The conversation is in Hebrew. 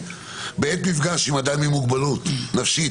"בעת מפגש עם אדם" עם "מוגבלות נפשית,